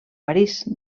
parís